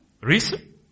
Reason